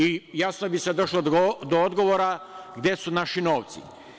I jasno bi se došlo do odgovora gde su naši novci.